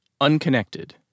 Unconnected